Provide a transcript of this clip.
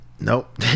Nope